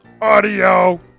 Audio